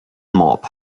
mob